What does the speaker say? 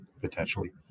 potentially